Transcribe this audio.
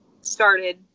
started